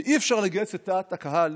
ואי-אפשר לגייס את דעת הקהל